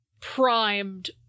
primed